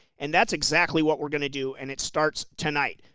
and that's exactly what we're gonna do, and it starts tonight.